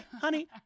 Honey